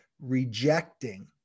rejecting